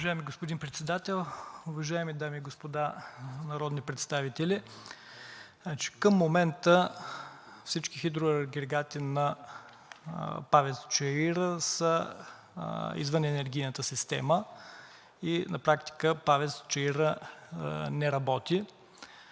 Уважаеми господин Председател, уважаеми дами и господа народни представители! Към момента всички хидроагрегати на ПАВЕЦ „Чаира“ са извън енергийната система и на практика ПАВЕЦ „Чаира“ не работи.